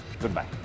Goodbye